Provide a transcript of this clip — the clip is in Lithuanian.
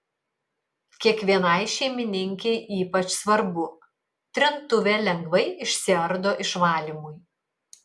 kiekvienai šeimininkei ypač svarbu trintuvė lengvai išsiardo išvalymui